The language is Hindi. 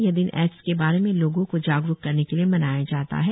यह दिन एड्स के बारे में लोगों को जागरूक करने के लिए मनाया जाता है